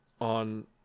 on